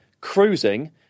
cruising